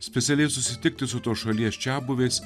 specialiai susitikti su tos šalies čiabuviais